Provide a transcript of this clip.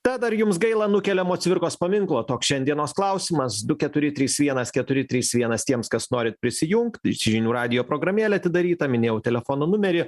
tad ar jums gaila nukeliamo cvirkos paminklo toks šiandienos klausimas du keturi trys vienas keturi trys vienas tiems kas norit prisijungt žinių radijo programėlė atidaryta minėjau telefono numerį